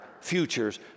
futures